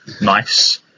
nice